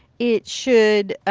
it should, ah,